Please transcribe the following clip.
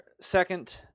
second